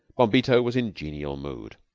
bombito was in genial mood.